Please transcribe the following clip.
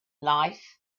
life